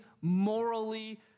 morally